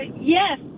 yes